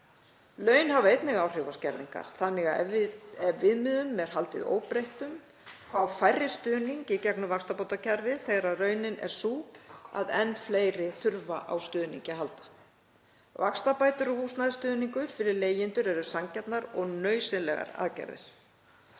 Laun hafa einnig áhrif á skerðingar þannig að ef viðmiðum er haldið óbreyttum fá færri stuðning í gegnum vaxtabótakerfið þegar raunin er sú að enn fleiri þurfa á stuðningi að halda. Vaxtabætur og húsnæðisstuðningur fyrir leigjendur eru sanngjarnar og nauðsynlegar aðgerðir.